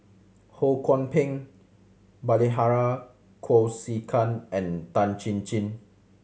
Ho Kwon Ping Bilahari Kausikan and Tan Chin Chin